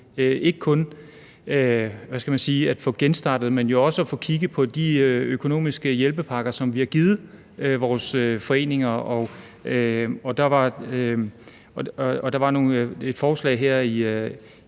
kigget på at få genstartet, men også at få kigget på de økonomiske hjælpepakker, som vi har givet vores foreninger. Der var et forslag i